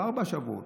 לא ארבעה שבועות.